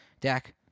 Dak